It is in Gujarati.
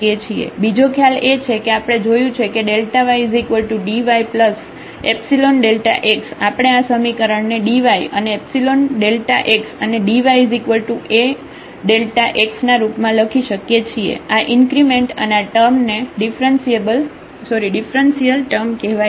બીજો ખ્યાલ એ છે કે આપણે જોયું છે કે ydyϵΔx આપણે આ સમીકરેણ ને dy અને ϵΔx અને dyAΔx ના રૂપમાં લખી શકીએ છીએ આ ઇન્ક્રીમેન્ટ અને આ ટર્મને ડિફરન્સીઅલ ટર્મ કહેવાય છે